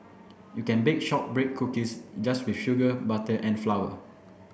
you can bake shortbread cookies just with sugar butter and flower